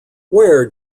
where